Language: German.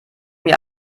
mir